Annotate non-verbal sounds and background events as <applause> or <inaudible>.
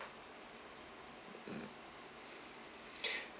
mm <breath>